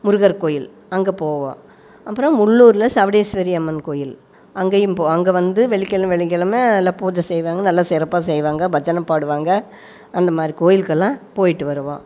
முருகர் கோயில் அங்கே போவோம் அப்புறம் முள்ளூரில் சவடேஸ்வரி அம்மன் கோவில் அங்கேயும் போ அங்கே வந்து வெள்ளிக்கிழம வெள்ளிக்கிழம நல்ல பூஜை செய்வாங்க நல்லா சிறப்பாக செய்வாங்க பஜனை பாடுவாங்க அந்த மாதிரி கோவிலுக்கெல்லாம் போயிட்டு வருவோம்